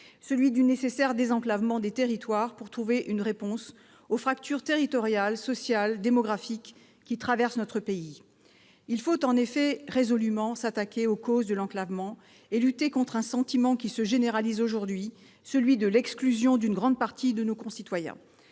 : le nécessaire désenclavement des territoires, pour trouver une réponse aux fractures territoriales, sociales et démographiques qui traversent notre pays. Il faut en effet résolument s'attaquer aux causes de l'enclavement et lutter contre un sentiment qui se généralise aujourd'hui, celui de l'exclusion d'une grande partie de nos concitoyens.